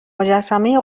مجسمه